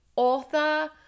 Author